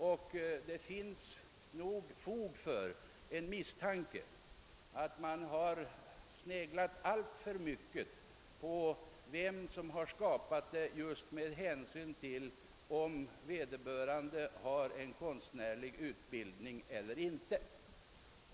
Och det finns nog fog för en misstanke att man sneglat alltför mycket på vem som har skapat alstret och tagit hänsyn just till om vederbörande har en konstnärlig utbildning eller inte.